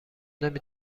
نمی